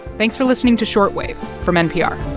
thanks for listening to short wave from npr